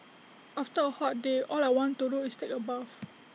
after A hot day all I want to do is take A bath